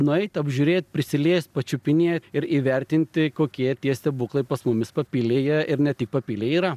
nueit apžiūrėt prisiliest pačiupinėt ir įvertinti kokie tie stebuklai pas mumis papilėje ir ne tik papilėj yra